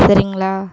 சரிங்களா